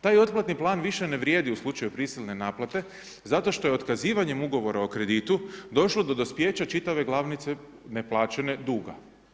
Taj otplatni plan više ne vrijedi u slučaju prisilne naplate zato što je otkazivanjem ugovora o kreditu došlo do dospijeća čitave glavnice neplaćene duga.